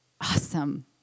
awesome